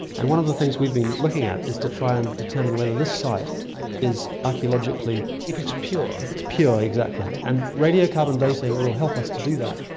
and one of the things we've been looking at is to try and determine whether this site is archaeologically. if it's pure. if it's pure, exactly. and radiocarbon dating will help us to do that.